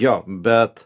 jo bet